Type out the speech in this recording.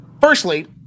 firstly